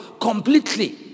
completely